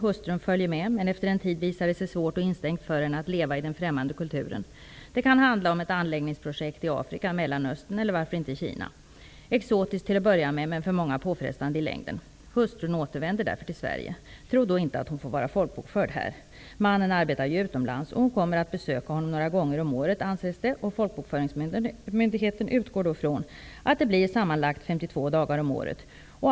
Hustrun följer med, men efter en tid visar det sig svårt och instängt för henne att leva i den främmande kulturen. Det kan t ex handla om ett anläggningsprojekt i Afrika, Mellanöstern eller varför inte nu i Kina. Exotiskt till att börja med men för många påfrestande i längden. Hustrun återvänder därför till Sverige. Tro inte att hon då får vara folkbokförd här! Mannen arbetar ju utomlands. Hon kommer ju att besöka honom några gånger om året och folkbokföringsmyndigheten utgår ifrån att det sammanlagt blir 52 dagar om året.